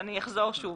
אני אחזור שוב.